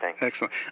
Excellent